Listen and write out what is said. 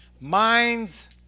minds